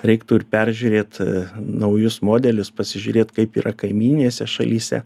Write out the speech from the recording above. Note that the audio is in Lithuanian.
reiktų ir peržiūrėt naujus modelius pasižiūrėt kaip yra kaimyninėse šalyse